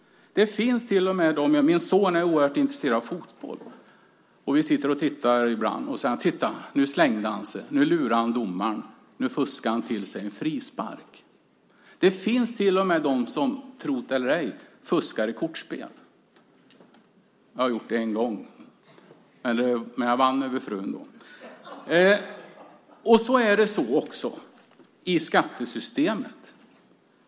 Min son är oerhört intresserad av fotboll. Vi tittar ibland och då säger han: Titta, nu slängde han sig. Nu lurade han domaren. Nu fuskade han till sig en frispark. Det finns till och med de, tro det eller ej, som fuskar i kortspel. Jag har gjort det en gång. Men jag vann över frun då. Så är det också i skattesystemet.